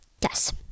yes